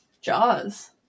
jaws